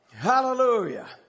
Hallelujah